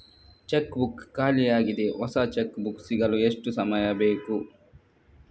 Check book ಖಾಲಿ ಯಾಗಿದೆ, ಹೊಸ ಚೆಕ್ ಬುಕ್ ಸಿಗಲು ಎಷ್ಟು ಸಮಯ ಬೇಕು?